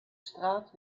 straat